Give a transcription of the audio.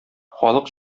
халык